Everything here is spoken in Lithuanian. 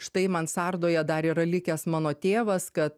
štai mansardoje dar yra likęs mano tėvas kad